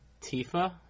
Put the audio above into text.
Tifa